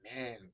man